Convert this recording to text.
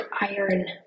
iron